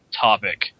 topic